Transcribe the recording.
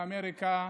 מאמריקה,